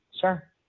Sure